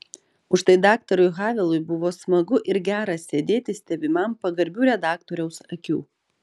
užtai daktarui havelui buvo smagu ir gera sėdėti stebimam pagarbių redaktoriaus akių